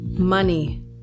Money